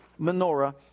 menorah